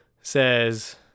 says